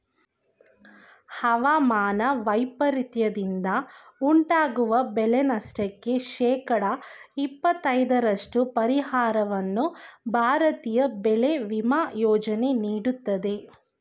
ಹವಾಮಾನ ವೈಪರೀತ್ಯದಿಂದ ಉಂಟಾಗುವ ಬೆಳೆನಷ್ಟಕ್ಕೆ ಶೇಕಡ ಇಪ್ಪತೈದರಷ್ಟು ಪರಿಹಾರವನ್ನು ಭಾರತೀಯ ಬೆಳೆ ವಿಮಾ ಯೋಜನೆ ನೀಡುತ್ತದೆ